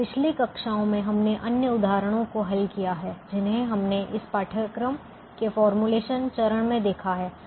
पिछली कक्षाओं में हमने अन्य उदाहरणों को हल किया है जिन्हें हमने इस पाठ्यक्रम के फॉर्मूलेशन चरण में देखा है